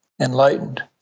enlightened